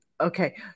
okay